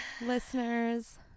Listeners